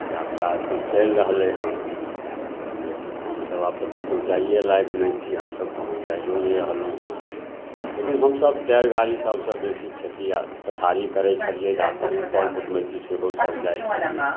यात्रा एखन चलि रहलै हँ लेकिन हमसभ आब तऽ कतहु जाइए लाइक नहि छी हमसभ कहुँ जाइओ नहि रहलहुँ हँ लेकिन हमसभ टाइर गाड़ी सबसे बेसी खेती आओर पथारी करै छलिए आओर कहुँ कर कुटमैती सेहो सब जाइ छलिए हँ